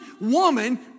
woman